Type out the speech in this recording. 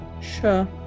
sure